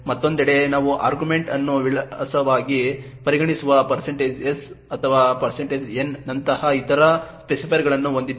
ಮತ್ತೊಂದೆಡೆ ನಾವು ಆರ್ಗ್ಯುಮೆಂಟ್ ಅನ್ನು ವಿಳಾಸವಾಗಿ ಪರಿಗಣಿಸುವ s ಅಥವಾ n ನಂತಹ ಇತರ ಸ್ಪೆಸಿಫೈಯರ್ಗಳನ್ನು ಹೊಂದಿದ್ದೇವೆ